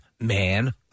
man